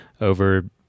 over